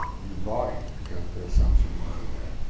you bought it because the assumption was that